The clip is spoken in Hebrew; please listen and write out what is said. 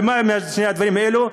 ומה הם שני הדברים האלו?